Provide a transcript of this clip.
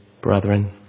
brethren